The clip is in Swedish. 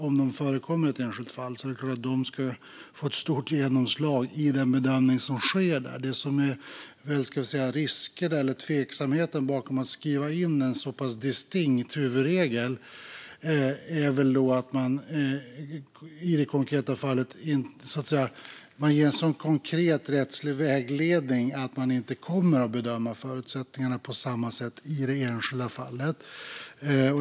Om de förekommer i ett enskilt fall är det klart att de ska få ett stort genomslag i den bedömning som sker. Det som är, ska vi säga, en risk eller tveksamt med att skriva in en så pass distinkt huvudregel är att man ger en sådan konkret rättslig vägledning att man inte kommer att bedöma förutsättningarna på samma sätt i det enskilda fallet.